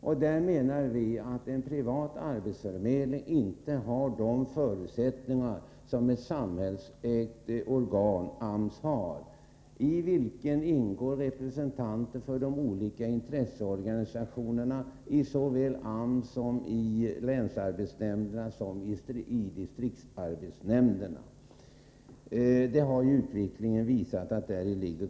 Vi menar att en privat arbetsförmedling inte har de förutsättningar som ett samhällsägt organ, AMS, har. I såväl AMS som i länsarbetsnämnderna och distriktsarbetsnämnderna ingår representanter för de olika intresseorganisationerna. Utvecklingen har visat att det är en garanti.